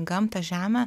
gamtą žemę